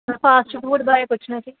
ਮੈਂ fast food ਬਾਰੇ ਪੁੱਛਣਾ ਸੀ